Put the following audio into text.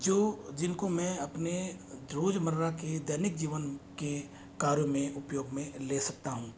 जो जिनको मैं अपने रोजमर्रा के दैनिक जीवन के कार्य में उपयोग में ले सकता हूँ